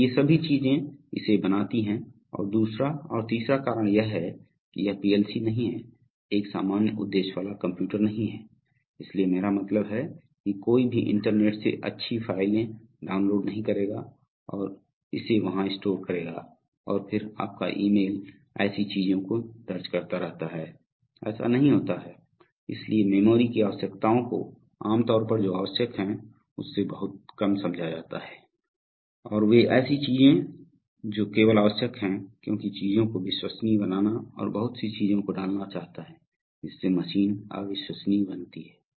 तो ये सभी चीजें इसे बनाती हैं और दूसरा और तीसरा कारण यह है कि यह पीएलसी नहीं है एक सामान्य उद्देश्य वाला कंप्यूटर नहीं है इसलिए मेरा मतलब है कि कोई भी इंटरनेट से अच्छी फाइलें डाउनलोड नहीं करेगा और इसे वहां स्टोर करेगा और फिर आपका ईमेल ऐसी चीजों को दर्ज करता रहता है ऐसा नहीं होता है इसलिए मेमोरी की आवश्यकताओं को आम तौर पर जो आवश्यक है उससे बहुत कम समझा जाता है और वे ऐसी चीजें जो केवल आवश्यक हैं क्योंकि चीजों को विश्वसनीय बनाना और बहुत सी चीजों को डालना चाहता है जिससे मशीन अविश्वसनीय बनती है